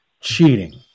cheating